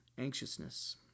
anxiousness